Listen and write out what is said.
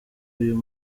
uyu